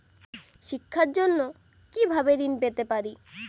শিক্ষার জন্য কি ভাবে ঋণ পেতে পারি?